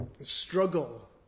struggle